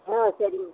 ஆ சரிங்க